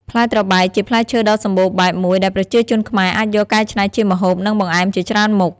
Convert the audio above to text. ផ្លែត្របែក ជាផ្លែឈើដ៏សម្បូរបែបមួយដែលប្រជាជនខ្មែរអាចយកកែច្នៃជាម្ហូប និងបង្អែមជាច្រើនមុខ។